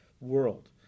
world